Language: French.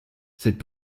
cette